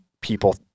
people